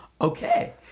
okay